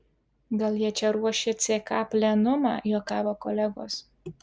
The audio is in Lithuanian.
gal jie čia ruošia ck plenumą juokavo kolegos